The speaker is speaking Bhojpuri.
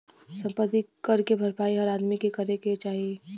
सम्पति कर के भरपाई हर आदमी के करे क चाही